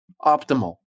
Optimal